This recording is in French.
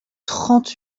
trente